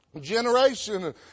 Generation